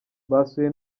basuye